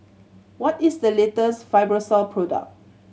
what is the latest Fibrosol product